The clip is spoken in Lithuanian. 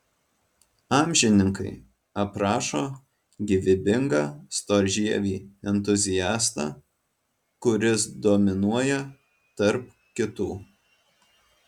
amžininkai aprašo gyvybingą storžievį entuziastą kuris dominuoja tarp kitų